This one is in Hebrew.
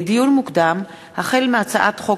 לדיון מוקדם: החל בהצעת חוק